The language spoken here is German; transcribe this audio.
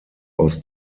aus